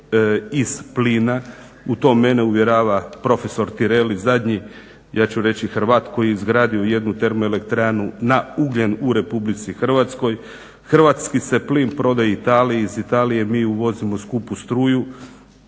iz plina, u to mene uvjerava prof. Tirelli zadnji ja ću reći Hrvat koji je izgradio jednu termoelektranu na ugljen u RH. Hrvatski se plin prodaje Italiji. Iz Italije mi uvozimo skupu struju